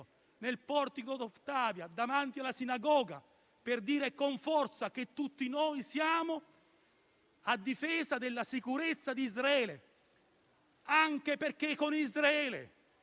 al Portico d'Ottavia, davanti alla sinagoga per dire con forza che tutti siamo a difesa della sicurezza di Israele, anche perché con Israele